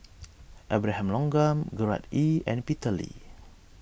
Abraham Logan Gerard Ee and Peter Lee